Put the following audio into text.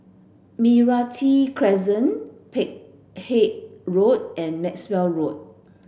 Meranti Crescent Peck Hay Road and Maxwell Road